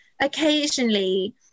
occasionally